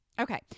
Okay